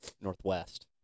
Northwest